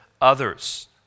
others